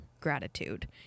gratitude